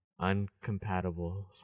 uncompatible